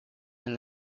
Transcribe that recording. and